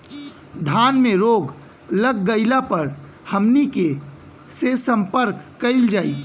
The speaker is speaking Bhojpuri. धान में रोग लग गईला पर हमनी के से संपर्क कईल जाई?